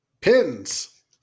Pins